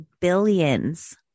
billions